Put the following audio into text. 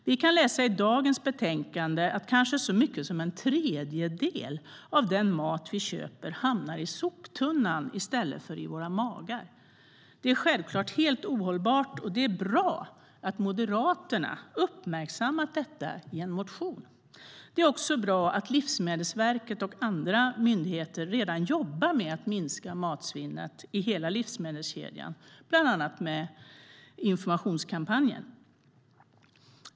Vi kan läsa i dagens betänkande att kanske så mycket som en tredjedel av den mat vi köper hamnar i soptunnan i stället för i våra magar. Det är självklart helt ohållbart, och det är bra att Moderaterna har uppmärksammat detta i en motion. Det är också bra att Livsmedelsverket och andra myndigheter redan jobbar med att minska matsvinnet i hela livsmedelskedjan, bland annat genom informationskampanjer.